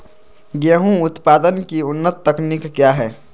गेंहू उत्पादन की उन्नत तकनीक क्या है?